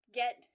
get